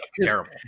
terrible